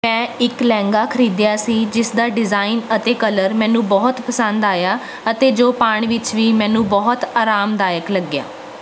ਮੈਂ ਇੱਕ ਲਹਿੰਗਾ ਖਰੀਦਿਆ ਸੀ ਜਿਸ ਦਾ ਡਿਜ਼ਾਈਨ ਅਤੇ ਕਲਰ ਮੈਨੂੰ ਬਹੁਤ ਪਸੰਦ ਆਇਆ ਅਤੇ ਜੋ ਪਾਉਣ ਵਿੱਚ ਵੀ ਮੈਨੂੰ ਬਹੁਤ ਆਰਾਮਦਾਇਕ ਲੱਗਿਆ